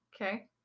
Okay